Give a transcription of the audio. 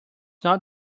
not